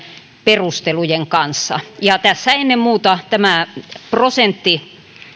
perustelujen kanssa ennen muuta tämä